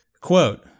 Quote